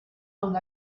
una